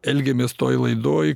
elgiamės toj laidoj